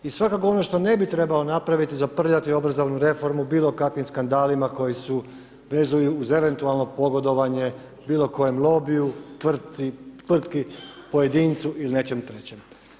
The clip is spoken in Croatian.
I svakako ono što ne bi trebalo napraviti, zaprljati obrazovnu reformu bilo kakvim skandalima koji se vezuju uz eventualno pogodovanje bilo kojem lobiju, tvrtki, pojedincu ili nečem trećem.